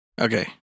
Okay